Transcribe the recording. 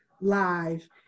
live